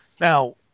Now